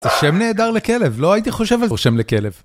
זה שם נהדר לכלב, לא הייתי חושב על שם לכלב.